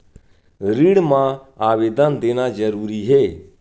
ऋण मा आवेदन देना जरूरी हे?